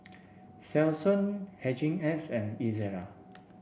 Selsun Hygin X and Ezerra